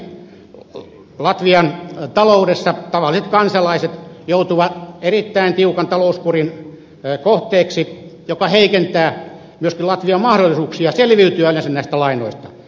lisäksi latvian taloudessa tavalliset kansalaiset joutuvat erittäin tiukan talouskurin kohteeksi mikä heikentää myöskin latvian mahdollisuuksia selviytyä yleensä näistä lainoista